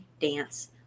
dance